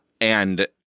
And-